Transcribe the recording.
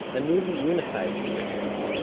a newly unified jerusalem.